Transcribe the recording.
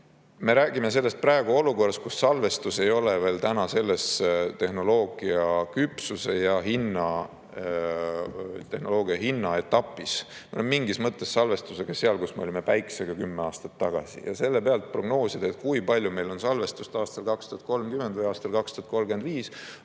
me räägime sellest praegu olukorras, kus salvestus ei ole veel tehnoloogia küpsuse ja hinna etapis. Me oleme mingis mõttes salvestusega seal, kus me olime päikesega kümme aastat tagasi. Ja selle pealt prognoosida, kui palju meil on salvestust aastal 2030 või aastal 2035,